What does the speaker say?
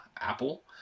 Apple